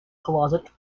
closet